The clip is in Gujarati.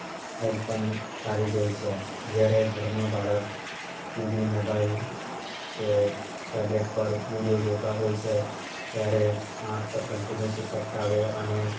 હેલ્થ પણ સારી રહે છે જ્યારે ઘરમાં બાળક ટીવી મોબાઈલ કે ટેબ્લેટ પર વીડિયો જોતા હોય છે ત્યારે આંખ પર કન્ટિન્યુઅસ ઈફેક્ટ આવે અને